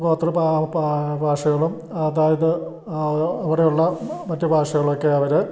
ഗോത്ര ഭാഷകളും അതായത് അവിടെ ഉള്ള മറ്റു ഭാഷകളൊക്കെ അവർ